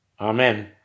Amen